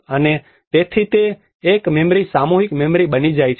અને તેથી તે એક મેમરી સામૂહિક મેમરી બની જાય છે